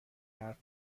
حرف